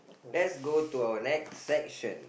let's go to our next section